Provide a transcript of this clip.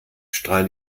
strahlen